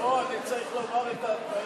לא, אני צריך לומר את ההתניות.